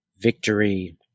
victory